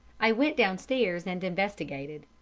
i went downstairs and investigated.